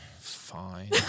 Fine